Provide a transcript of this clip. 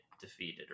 defeated